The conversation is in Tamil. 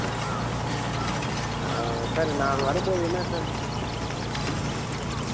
okay sir okay sir sir நான் வரும்போது என்ன சார்